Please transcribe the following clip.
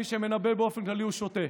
מי שמנבא באופן כללי הוא שוטה.